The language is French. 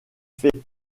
fait